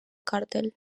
cartel